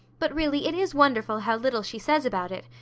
but really it is wonderful how little she says about it,